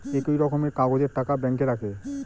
একই রকমের কাগজের টাকা ব্যাঙ্কে রাখে